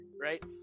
right